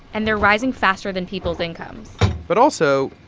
and they're rising faster than people's incomes but also,